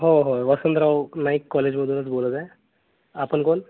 हो होय वसंतराव नाईक कॉलेजमधूनच बोलत आहे आपण कोण